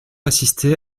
assister